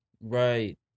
right